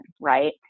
right